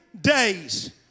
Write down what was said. days